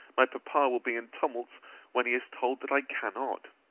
my papa will be in tumults when he is told that i cannot.